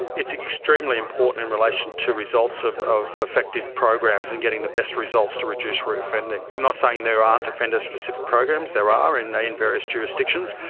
it's extremely important in relation to results of of effective programs and getting the best results to reduce reoffending. i'm not saying there aren't offender-specific programs, there are and in various jurisdictions,